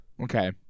Okay